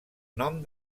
nom